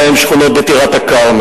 בהם שכונות בטירת-כרמל,